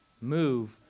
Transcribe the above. Move